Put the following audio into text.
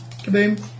kaboom